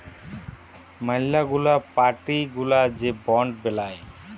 ম্যালা গুলা পার্টি গুলা যে বন্ড বেলায়